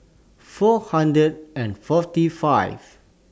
four hundred and forty five